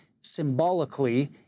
symbolically